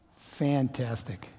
Fantastic